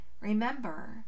Remember